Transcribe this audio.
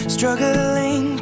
Struggling